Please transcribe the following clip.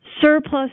Surplus